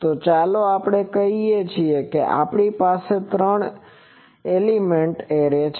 તો ચાલો આપણે કહીએ કે આપણી પાસે ત્રણ એલિમેન્ટ એરે છે